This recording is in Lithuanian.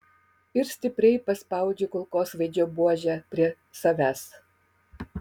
ir stipriai paspaudžiu kulkosvaidžio buožę prie savęs